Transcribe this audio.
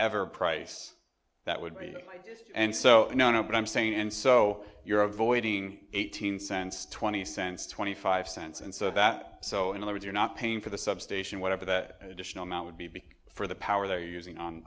whatever price that would be and so you know what i'm saying and so you're avoiding eighteen cents twenty cents twenty five cents and so that so in other words you're not paying for the substation whatever that additional amount would be for the power they're using on